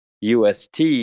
UST